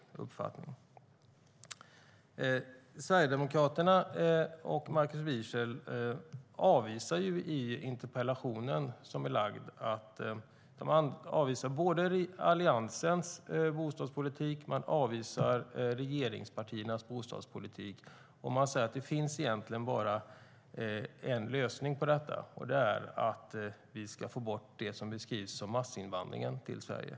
Sverigedemokraterna och Markus Wiechel avvisar i den ställda interpellationen både Alliansens bostadspolitik och regeringspartiernas bostadspolitik. Man säger att det egentligen bara finns en lösning på detta, och det är att vi ska få bort det som beskrivs som massinvandringen till Sverige.